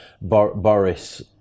Boris